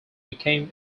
became